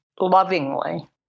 lovingly